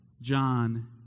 John